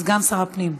סגן שר הפנים,